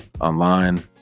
online